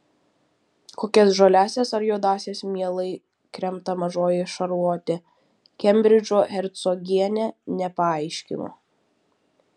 kokias žaliąsias ar juodąsias mielai kremta mažoji šarlotė kembridžo hercogienė nepaaiškino